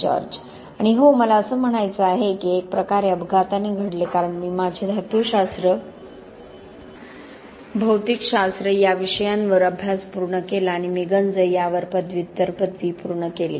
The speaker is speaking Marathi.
जॉर्ज आणि हो मला असे म्हणायचे आहे की हे एक प्रकारे अपघाताने घडले कारण मी माझे धातूशास्त्र भौतिक शास्त्र या विषयांवर अभ्यास पूर्ण केला आणि मी गंज यावर पदव्युत्तर पदवी पूर्ण केली